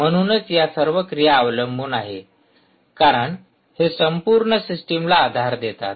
म्हणूनच या सर्व क्रिया अवलंबून आहे कारण हे संपूर्ण सिस्टमला आधार देतात